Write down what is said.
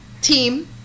team